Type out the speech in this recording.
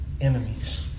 enemies